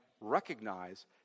recognize